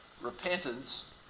repentance